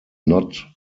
not